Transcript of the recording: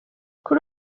kuri